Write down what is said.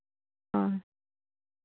ᱚ